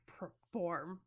perform